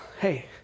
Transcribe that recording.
Hey